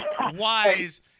wise